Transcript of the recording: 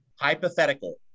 Hypothetical